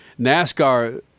nascar